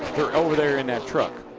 they're over there in that truck.